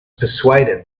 persuaded